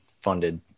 funded